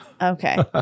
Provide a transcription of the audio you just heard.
Okay